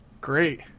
great